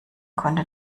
konnte